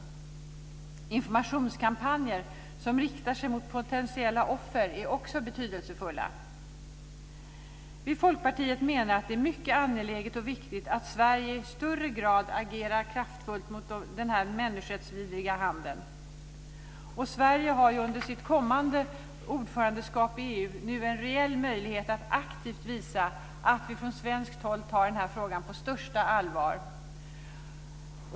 Informationskampanjer som riktar sig mot potentiella offer är också betydelsefulla. Vi i Folkpartiet menar att det är mycket angeläget och viktigt att Sverige i högre grad agerar kraftfullt mot denna människorättsvidriga handel. Sverige har under sitt kommande ordförandeskap i EU nu en reell möjlighet att aktivt visa att vi från svenskt håll tar den här frågan på största allvar.